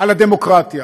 על הדמוקרטיה.